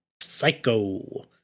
Psycho